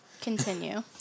Continue